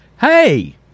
hey